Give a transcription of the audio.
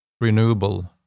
renewable